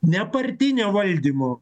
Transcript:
ne partinio valdymo